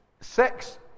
sex